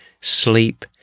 sleep